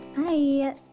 Hi